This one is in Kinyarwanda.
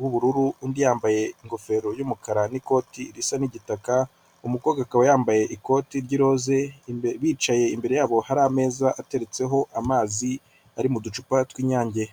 w'ubururu undi yambaye ingofero y'umukara n'ikoti risa n'igitaka umukobwa akaba yambaye ikoti ry'iroze bicaye imbere yabo hari ameza ateretseho amazi ari mu ducupa tw'inyange.